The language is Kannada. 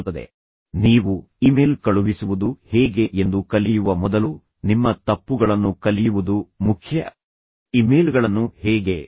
ಇದನ್ನು ನೋಡಿ ನಾನು ಕೊನೆಯ ಬಾರಿಗೆ ತೀರ್ಮಾನಿಸಿದ ಆಲೋಚನೆ ಇದು ನೀವು ಇಮೇಲ್ ಕಳುಹಿಸುವುದು ಹೇಗೆ ಎಂದು ಕಲಿಯುವ ಮೊದಲು ನಿಮ್ಮ ತಪ್ಪುಗಳನ್ನು ಕಲಿಯುವುದು ಮುಖ್ಯ ಇಮೇಲ್ಗಳನ್ನು ಹೇಗೆ ಕಳುಹಿಸಬಾರದು ಎಂಬುದನ್ನು ತಿಳಿದುಕೊಳ್ಳುವ ಮೂಲಕ ಕಲಿಯುವುದು